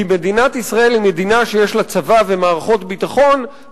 כי מדינת ישראל היא מדינה שיש לה צבא ומערכות וביטחון,